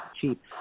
cheap